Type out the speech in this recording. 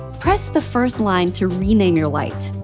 press the first line to rename your light.